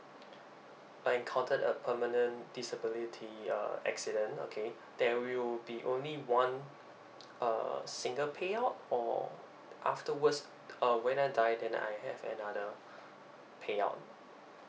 I encountered a permanent disability uh accident okay there will be only one uh single payout or afterwards uh when I die then I have another payout